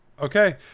Okay